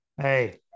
hey